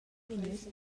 vegnius